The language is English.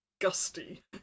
gusty